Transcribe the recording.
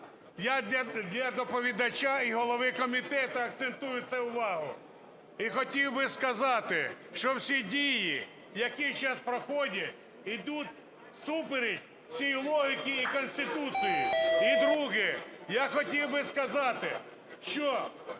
Я для доповідача і голови комітету акцентую на це увагу. І хотів би сказати, що всі дії, які зараз проходять, ідуть всупереч всій логіці і Конституції. І друге. Я хотів би сказати, що